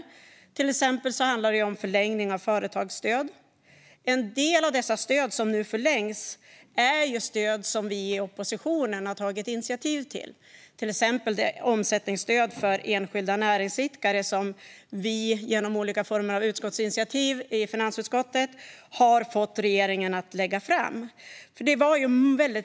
Det handlar till exempel om en förlängning av företagsstöd. En del av de stöd som nu förlängs är stöd som vi i oppositionen har tagit initiativ till. Exempelvis gäller det omsättningsstödet för enskilda näringsidkare som vi genom olika utskottsinitiativ i finansutskottet har fått regeringen att lägga fram.